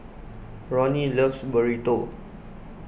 Ronnie loves Burrito